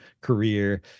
career